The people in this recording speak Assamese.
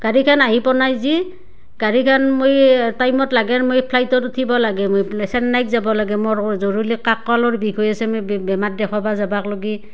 গাড়ীখন আহি পোৱা নাই যি গাড়ীখন মই টাইমত লাগে মই ফ্লাইটত উঠিব লাগে মই ফালে চেন্নাইক যাব লাগে মোৰ জৰুৰী কাঁকালৰ বিষ হৈ আছে মই বেমাৰ দেখাবা যাবাক লগি